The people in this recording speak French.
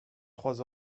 trois